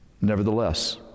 Nevertheless